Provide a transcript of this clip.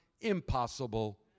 impossible